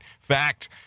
Fact